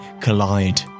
collide